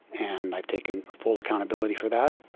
and i've taken full accountability for that.